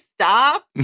stop